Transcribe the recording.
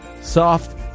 soft